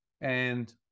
And-